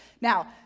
Now